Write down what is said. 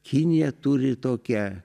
kinija turi tokią